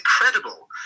incredible